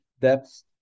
depth